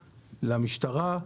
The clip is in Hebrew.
למשטרה,